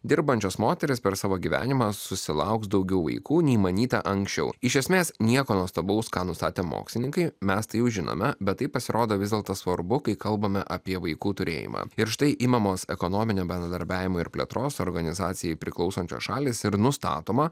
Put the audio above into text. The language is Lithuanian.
dirbančios moterys per savo gyvenimą susilauks daugiau vaikų nei manyta anksčiau iš esmės nieko nuostabaus ką nustatė mokslininkai mes tai jau žinome bet tai pasirodo vis dėlto svarbu kai kalbame apie vaikų turėjimą ir štai imamos ekonominio bendradarbiavimo ir plėtros organizacijai priklausančios šalys ir nustatoma